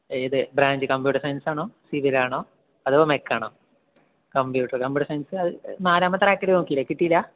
ഏത് branch computer science ആണോ സിവിലാണോ അതോ മെക്കാണോ കമ്പ്യൂട്ടർ കമ്പ്യൂട്ടർ സയൻസ് അത് നാലാമത്തെ റാക്കില് നോക്കിയില്ലേ കിട്ടിയില്ലാ